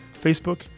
Facebook